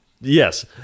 yes